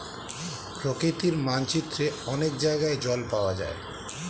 প্রকৃতির মানচিত্রে অনেক জায়গায় জল পাওয়া যায়